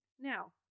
Now